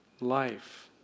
life